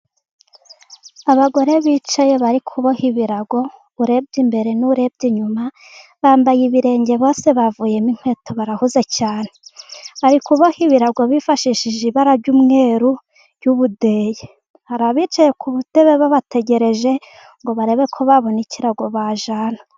Abagore bicaye bari kuboha ibirago, urebye imbere n'urebye inyuma bambaye ibirenge, bose bavanyemo inkweto barahuze cyane, bari kuboha ibirago bifashishije ibara ry'umweru ry'ubudeyi. Hari abicaye ku ntebe babategereje, kugira ngo barebe ko babona ikirago bajyana.